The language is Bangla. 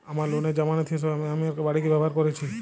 আমার লোনের জামানত হিসেবে আমি আমার বাড়িকে ব্যবহার করেছি